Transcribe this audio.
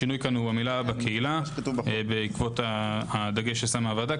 השינוי פה הוא המילה בקהילה בעקבות הדגש ששמה הוועדה,